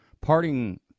Parting